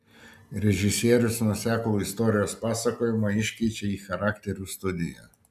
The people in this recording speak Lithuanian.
režisierius nuoseklų istorijos pasakojimą iškeičia į charakterių studiją